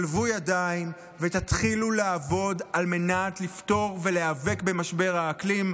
שלבו ידיים ותתחילו לעבוד על מנת לפתור ולהיאבק במשבר האקלים,